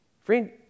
Friend